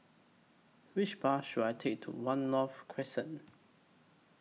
Which Bus should I Take to one North Crescent